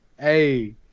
Hey